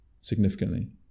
significantly